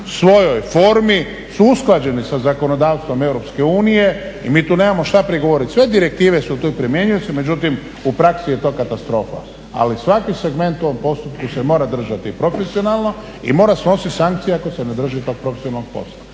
svojoj formi su usklađeni sa zakonodavstvom EU i mi tu nemamo što prigovoriti, sve direktive su tu primjenjive međutim u praksi je to katastrofa. Ali svaki segment u ovom postupku se mora držati profesionalno i mora snositi sankcije ako se ne drži tog profesionalnog posla.